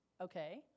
Okay